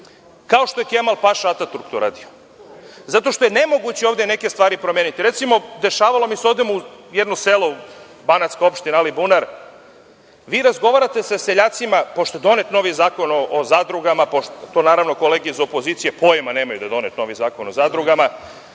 kao što je Kemal paša Ataturk to uradio. Zato što je ovde nemoguće neke stvari promeniti. Recimo, dešavalo mi se da odem u jedno selo, Banatska opština Alibunar. Vi razgovarate sa seljacima pošto je donet novi Zakon o zadrugama, naravno kolege iz opozicije pojma nemaju da je donet novi Zakon o zadrugama